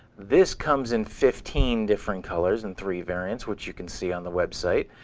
this comes in fifteen different colors and three variants, which you can see on the website.